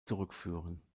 zurückführen